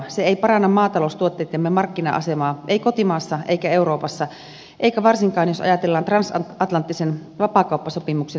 se ei paranna maataloustuotteittemme markkina asemaa ei kotimaassa eikä euroopassa eikä varsinkaan jos ajatellaan transatlanttisen vapaakauppasopimuksen neuvotteluja